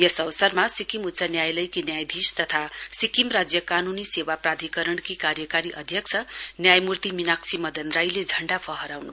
यस अवसरमा सिक्किम उच्च न्यायालयकी न्यायाधीश तथा सिक्किम राज्य कानूनी सेवा प्राधिकरणकी कार्यकारी अध्यक्ष न्यायमूर्ति मीनाक्षी मदन राईले झण्डा फहराउन् भयो